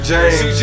James